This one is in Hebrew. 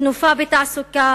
"תנופה בתעסוקה",